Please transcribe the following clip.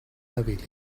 navili